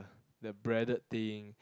the breaded thing